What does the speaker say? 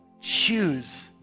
choose